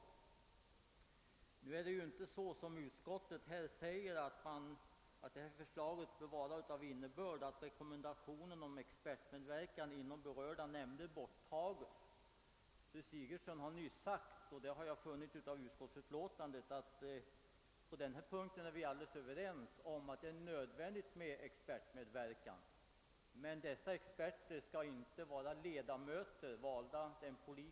Nu förhåller det sig inte så som utskottet skriver att förslaget bör vara av »innebörd att rekommendationen om expertmedverkan inom berörda nämnder borttages«. Fru Sigurdsen har sagt, och det framgår också av utlåtandet, att vi på denna punkt är alldeles överens om att det är nödvändigt med expertmedverkan. Men dessa experter skall inte vara politiskt valda ledamöter.